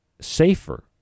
Safer